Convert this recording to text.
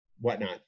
whatnot